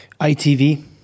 ITV